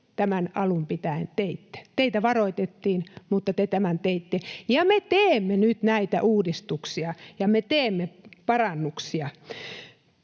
tämän alun pitäen teitte. Teitä varoitettiin, mutta te tämän teitte. Ja me teemme nyt näitä uudistuksia, ja me teemme parannuksia.